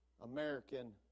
American